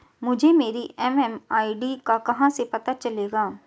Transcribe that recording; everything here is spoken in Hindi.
मुझे मेरी एम.एम.आई.डी का कहाँ से पता चलेगा?